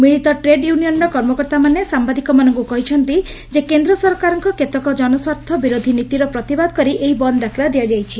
ମିଳିତ ଟ୍ରେଡ୍ ୟୁନିୟନ୍ର କର୍ମକର୍ତ୍ତାମାନେ ସାମ୍ଘାଦିକମାନଙ୍ଙୁ କହିଛନ୍ତି କେନ୍ଦ୍ର ସରକାରଙ୍କ କେତେକ ଜନସ୍ୱାର୍ଥ ବିରୋଧୀ ନୀତିର ପ୍ରତିବାଦ କରି ଏହି ବନ୍ଦ୍ ଡାକରା ଦିଆଯାଇଛି